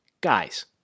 Guys